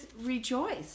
rejoice